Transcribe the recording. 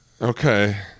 Okay